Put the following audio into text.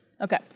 Okay